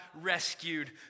rescued